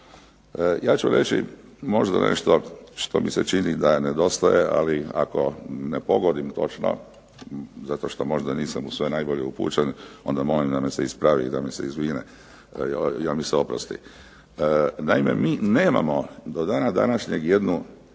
Ja ću reći možda nešto što mi se čini da nedostaje ali ako ne pogodim točno zato što možda nisam u sve najbolje upućen onda molim da me se ispravi i da mi se oprosti. Naime, mi nemamo do dana današnjeg jednu